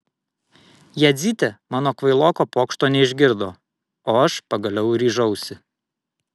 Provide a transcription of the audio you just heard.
jadzytė mano kvailoko pokšto neišgirdo o aš pagaliau ryžausi